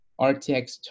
rtx